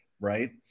right